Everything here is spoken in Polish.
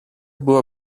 była